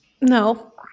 No